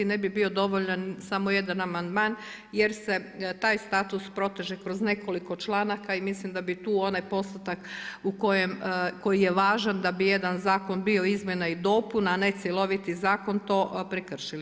Ne bi bio dovoljan samo jedan amandman jer se taj status proteže kroz nekoliko članaka i mislim da bi tu onaj postotak koji je važan da bi jedan zakon bio izmjena i dopuna, a ne cjeloviti zakon to prekršili.